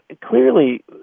clearly